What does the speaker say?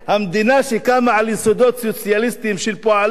המדינה שקמה על יסודות סוציאליסטיים של פועלים,